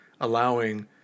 allowing